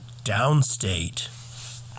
Downstate